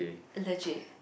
legit